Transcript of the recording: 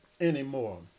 anymore